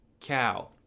cow